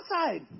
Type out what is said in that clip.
outside